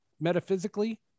metaphysically